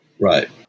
Right